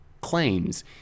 claims